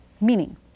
Meaning